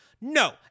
no